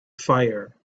fire